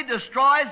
destroys